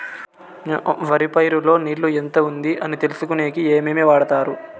వరి పైరు లో నీళ్లు ఎంత ఉంది అని తెలుసుకునేకి ఏమేమి వాడతారు?